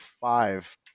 five